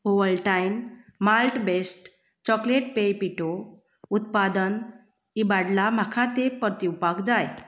Ovaltine malt based chocolate पेय पिठो उत्पादन इबाडलां म्हाका तें परतीवपाक जाय